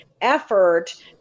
effort